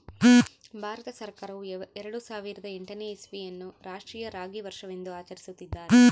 ಭಾರತ ಸರ್ಕಾರವು ಎರೆಡು ಸಾವಿರದ ಎಂಟನೇ ಇಸ್ವಿಯನ್ನು ಅನ್ನು ರಾಷ್ಟ್ರೀಯ ರಾಗಿ ವರ್ಷವೆಂದು ಆಚರಿಸುತ್ತಿದ್ದಾರೆ